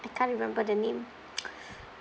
I can't remember the name